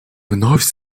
вновь